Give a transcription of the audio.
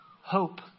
hope